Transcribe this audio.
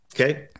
Okay